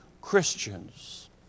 Christians